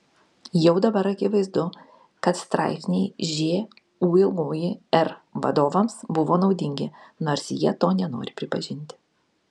jau dabar akivaizdu kad straipsniai žūr vadovams buvo naudingi nors jie to nenori pripažinti